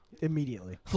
Immediately